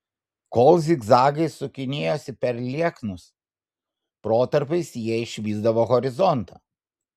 kol zigzagais sukinėjosi per lieknus protarpiais jie išvysdavo horizontą